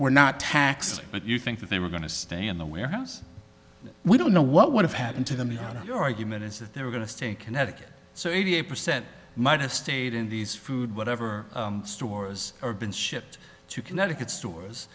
were not taxed but you think if they were going to stay in the warehouse we don't know what would have happened to them how the argument is that they were going to stay in connecticut so eighty eight percent might have stayed in these food whatever stores or been shipped to connecticut stores